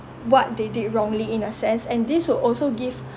what they did wrongly in a sense and this would also give